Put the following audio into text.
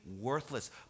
worthless